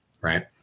right